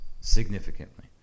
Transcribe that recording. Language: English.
significantly